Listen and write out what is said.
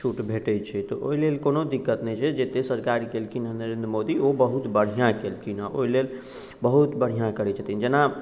छूट भेटैत छै तऽ ओहि लेल कओनो दिक्कत नहि छै जते सरकार केलखिन हँ नरेंद्र मोदी ओ बहुत बढ़िआँ केलखिन हँ ओहि लेल बहुत बढ़िआँ करैत छथिन जेना